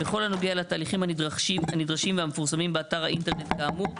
בכל הנוגע לתהליכים הנדרשים והמפורסמים באתר האינטרנט כאמור".